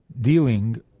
dealing